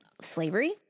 slavery